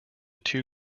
two